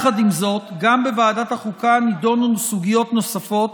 עם זאת, בוועדת החוקה נדונו סוגיות נוספות,